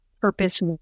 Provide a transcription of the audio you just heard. purpose